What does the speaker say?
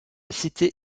cité